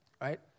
Right